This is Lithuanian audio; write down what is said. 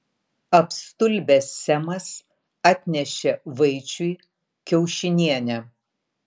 apstulbęs semas atnešė vaičiui kiaušinienę